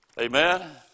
Amen